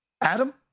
Adam